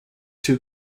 two